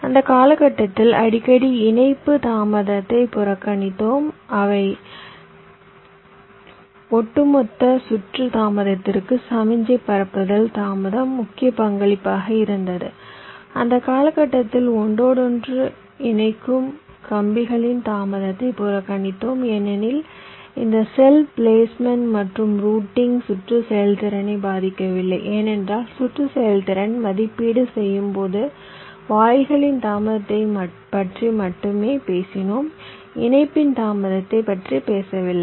அந்த காலகட்டத்தில் அடிக்கடி இணைப்பு தாமதத்தை புறக்கணித்தோம் எனவே ஒட்டுமொத்த சுற்று தாமதத்திற்கு சமிக்ஞை பரப்புதல் தாமதம் முக்கிய பங்களிப்பாக இருந்தது அந்த காலகட்டத்தில் ஒன்றோடொன்று இணைக்கும் கம்பிகளின் தாமதத்தை புறக்கணித்தோம் ஏனெனில் இந்த செல் பிளேஸ்மெண்ட் மற்றும் ரூட்டிங் சுற்று செயல்திறனை பாதிக்கவில்லை ஏனென்றால் சுற்று செயல்திறனை மதிப்பீடு செய்யும் போது வாயில்களின் தாமதத்தைப் பற்றி மட்டுமே பேசினோம் இணைப்பின் தாமதத்தை பற்றி பேசவில்லை